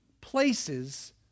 places